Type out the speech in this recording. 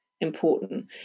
important